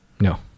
No